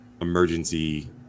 emergency